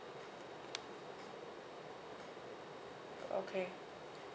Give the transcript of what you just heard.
okay